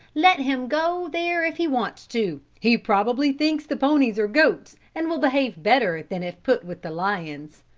let him go there if he wants to. he probably thinks the ponies are goats and will behave better than if put with the lions.